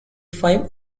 five